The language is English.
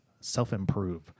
self-improve